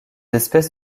espèces